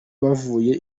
bavuye